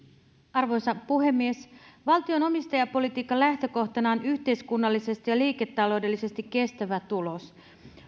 arvoisa puhemies valtion omistajapolitiikan lähtökohtana on yhteiskunnallisesti ja liiketaloudellisesti kestävä tulos